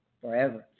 forever